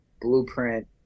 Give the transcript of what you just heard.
blueprint